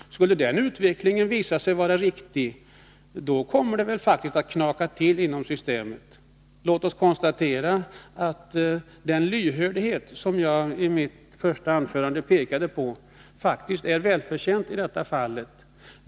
Skulle den utvecklingen fortsätta, kommer det faktiskt att knaka till inom systemet, ganska snabbt. Låt oss konstatera att den lyhördhet som jag i mitt första anförande pekade på faktiskt är välbehövlig i detta fall.